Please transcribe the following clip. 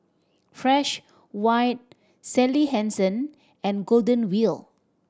Fresh White Sally Hansen and Golden Wheel